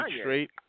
straight